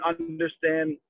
understand